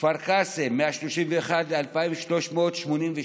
כפר קאסם, מ-131 ל-2,387.